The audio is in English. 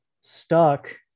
stuck